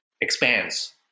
expands